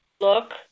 look